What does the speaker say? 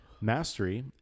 Mastery